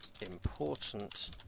important